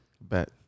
bet